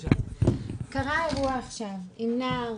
קרה משהו עכשיו עם נער,